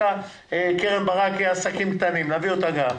קרן ברק היא עסקים קטנים, נביא גם אותה.